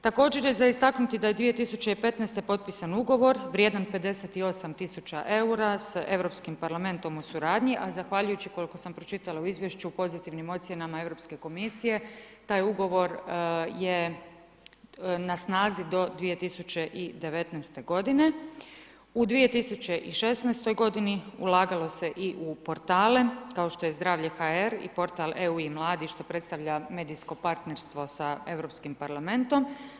Također je za istaknuti da je 2015. potpisan ugovor vrijedan 58000 eura, sa Europskim parlamentom u suradnju, a zahvaljujući, koliko sam pročitala u izvješću pozitivnim ocjenama Europske komisije, taj ugovor je na snazi do 2019. g. U 2016. g. ulagalo se i u portale, kao što je Zdravlje.hr i portal EU i mladi, što predstavlja medijsko partnerstvo sa Europskim parlamentom.